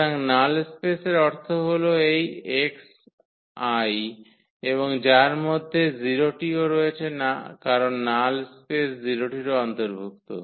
সুতরাং নাল স্পেসের অর্থ হল এই x𝐼 এবং যার মধ্যে 0 টিও রয়েছে কারণ নাল স্পেস 0 টিরও অন্তর্ভুক্ত